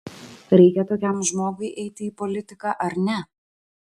reikia tokiam žmogui eiti į politiką ar ne